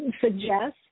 suggest